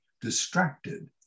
distracted